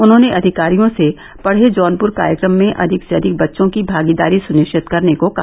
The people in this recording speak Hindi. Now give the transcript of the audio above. उन्होंने अधिकारियों से पढ़े जौनपुर कार्यक्रम में अधिक से अधिक बच्चों की भागीदारी सुनिश्चित करने को कहा